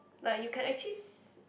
like you can actually see